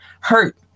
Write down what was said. hurt